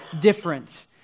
different